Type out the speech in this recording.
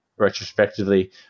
retrospectively